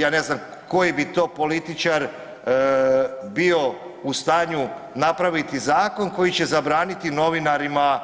Ja ne znam koji bi to političar bio u stanju napraviti zakon koji će zabraniti novinarima